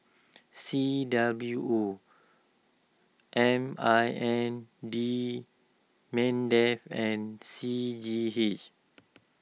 C W O M I N D Mindef and C G H